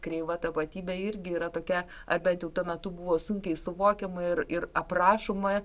kreiva tapatybė irgi yra tokia ar bent jau tuo metu buvo sunkiai suvokiama ir ir aprašoma